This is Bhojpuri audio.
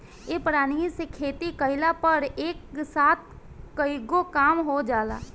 ए प्रणाली से खेती कइला पर एक साथ कईगो काम हो जाला